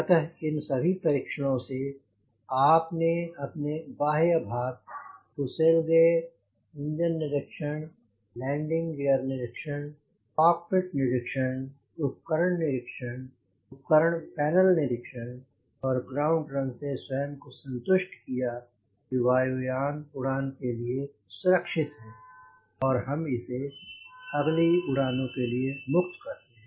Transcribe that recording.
अतः इन सभी परीक्षणों से आपने आपने बाह्य भाग फुसेलगे इंजन निरीक्षण लैंडिंग गियर निरीक्षण कॉकपिट निरीक्षण उपकरण निरीक्षण उपकरण पैनल निरीक्षण और ग्राउंड रन से स्वयं को संतुष्ट किया कि वायु यान उड़ान के लिए सुरक्षित है और हम इसे अगली उड़ानों के लिए मुक्त करते हैं